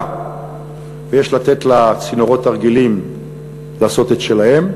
ויש לתת לצינורות הרגילים לעשות את שלהם,